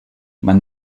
man